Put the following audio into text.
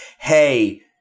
hey